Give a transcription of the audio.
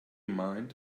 mind